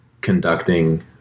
conducting –